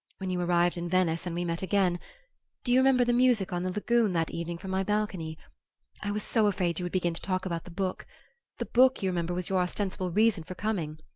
when you arrived in venice and we met again do you remember the music on the lagoon, that evening, from my balcony i was so afraid you would begin to talk about the book the book, you remember, was your ostensible reason for coming.